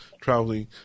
traveling